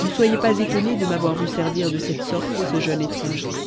ne soyez pas étonnés de m'avoir vu servir de cette sorte ce jeune étranger